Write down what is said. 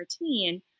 routine